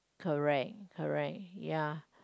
correct correct ya